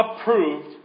approved